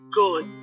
good